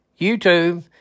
YouTube